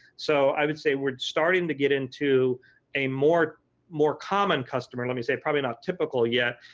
so i would say we're starting to get into a more more common customer, let me say probably not typical yet,